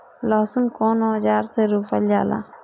लहसुन कउन औजार से रोपल जाला?